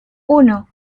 uno